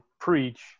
preach